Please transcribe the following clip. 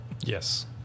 Yes